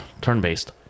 Turn-based